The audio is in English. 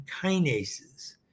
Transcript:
kinases